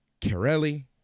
Carelli